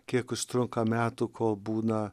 kiek užtrunka metų kol būna